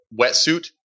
wetsuit